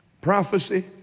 prophecy